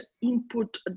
input